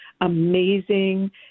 amazing